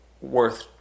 worth